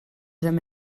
them